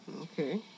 Okay